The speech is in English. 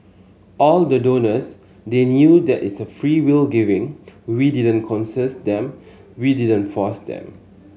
all the donors they knew that it's a freewill giving we didn't coerces them we didn't force them